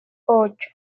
ocho